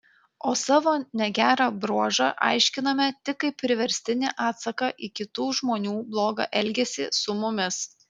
o savo negerą bruožą aiškiname tik kaip priverstinį atsaką į kitų žmonių blogą elgesį su mumis